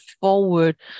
forward